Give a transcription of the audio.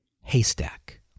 Haystack